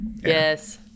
Yes